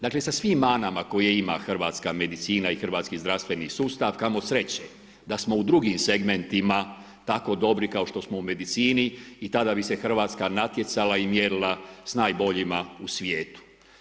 Dakle, sa svim manama koje ima hrvatska medicina i hrvatski zdravstveni sustav kamo sreće da smo u drugim segmentima tako dobri kao što smo u medicini i tada bi se Hrvatska natjecala i mjerila s najboljima u svijetu.